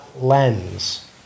lens